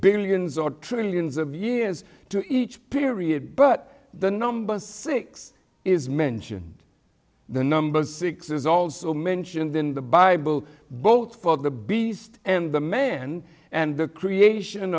billions or trillions of years to each period but the number six is mentioned the number six is also mentioned in the bible both for the beast and the man and the creation